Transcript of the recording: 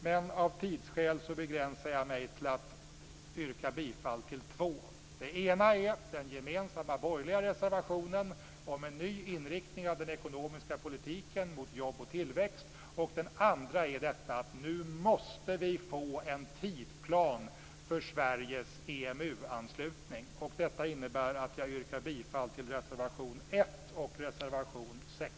Men av tidsskäl begränsar jag mig till att yrka bifall till två. Den ena är den gemensamma borgerliga reservationen om en ny inriktning av den ekonomiska politiken mot jobb och tillväxt. Den andra gäller att vi måste få en tidsplan för Sveriges EMU-anslutning. Detta innebär att jag yrkar bifall till reservation 1 och reservation 6.